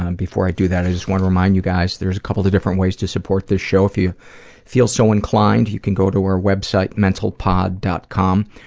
ah and before i do that, i just want to remind you guys, there's a couple of different ways to support this show, if you feel so inclined. you can go to our website, mentalpod. com.